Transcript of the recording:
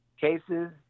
cases